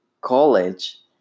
college